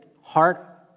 heart